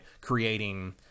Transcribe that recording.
creating